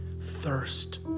thirst